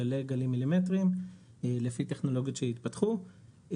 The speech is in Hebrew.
לגלים מילימטריים לפי טכנולוגיות שהתפתחו,